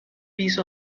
piece